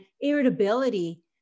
irritability